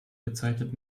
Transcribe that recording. bezeichnet